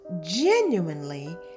genuinely